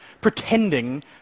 pretending